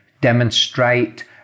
demonstrate